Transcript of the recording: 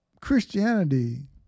Christianity